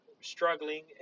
struggling